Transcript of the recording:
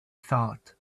thought